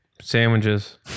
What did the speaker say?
sandwiches